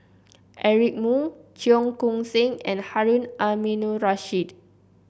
Eric Moo Cheong Koon Seng and Harun Aminurrashid